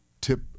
tip